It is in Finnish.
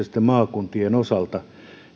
sitten maakuntien osalta